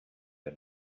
der